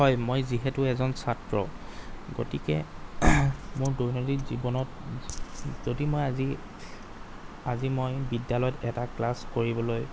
হয় মই যিহেতু এজন ছাত্ৰ গতিকে মোৰ দৈনন্দিন জীৱনত যদি মই আজি আজি মই বিদ্যালয়ত এটা ক্লাছ কৰিবলৈ